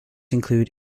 include